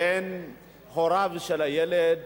בין הוריו של הילד